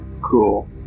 Cool